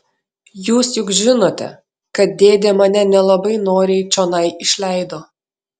jūs juk žinote kad dėdė mane nelabai noriai čionai išleido